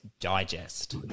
Digest